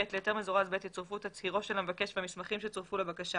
להיתר מזורז ב' יצורפו תצהירו של המבקש והמסמכים שצורפו לבקשה